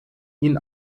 ihn